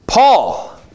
Paul